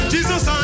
Jesus